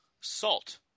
salt